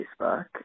Facebook